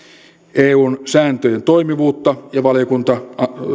eun sääntöjen toimivuutta valiokunta